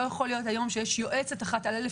לא יכול להיות שיש יועצת אחת על אלף